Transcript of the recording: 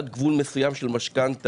עד גבול מסוים של משכנתה,